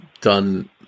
done